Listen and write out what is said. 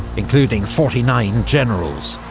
including forty nine generals